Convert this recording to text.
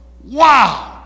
Wow